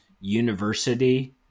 university